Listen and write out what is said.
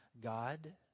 God